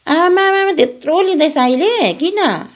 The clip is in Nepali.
आमामामा त्यत्रो लिँदैछ अहिले किन